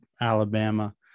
Alabama